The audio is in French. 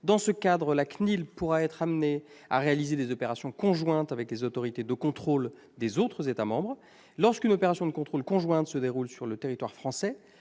Dans ce cadre, la CNIL pourra être amenée à réaliser des opérations conjointes avec les autorités de contrôle des autres États membres. Lorsqu'une opération de contrôle conjointe se déroule sur le territoire français,